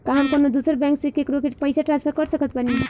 का हम कउनों दूसर बैंक से केकरों के पइसा ट्रांसफर कर सकत बानी?